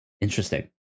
interesting